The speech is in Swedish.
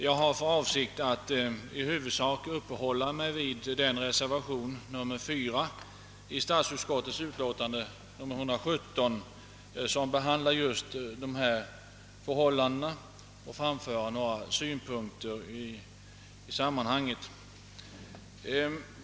Jag har för avsikt att i huvudsak uppehålla mig vid reservationen 4 till statsutskottets utlåtande nr 1i7, som behandlar just dessa förhållanden, och framföra några synpunkter i sammanhanget.